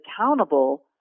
accountable